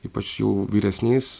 ypač jau vyresniais